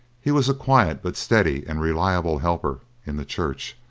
he was a quiet but steady and reliable helper in the church,